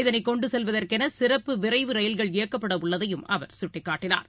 இதனைகொண்டுசெல்வதற்கெனசிறப்பு விரைவு ரயில்கள் இயக்கப்படவுள்ளதையும் அவர் சுட்டிக்காட்டினார்